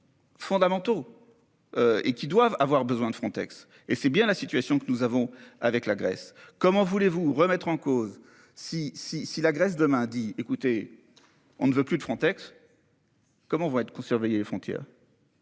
Fondamentaux. Et qui doivent avoir besoin de Frontex et c'est bien la situation que nous avons avec la Grèce. Comment voulez-vous remettre en cause si si si la Grèce Mendy. Écoutez, on ne veut plus de Frontex. Comment vont être pour surveiller les frontières.